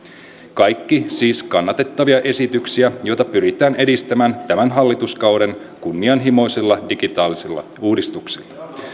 kaikki siis kannatettavia esityksiä joita pyritään edistämään tämän hallituskauden kunnianhimoisilla digitaalisilla uudistuksilla